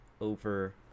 over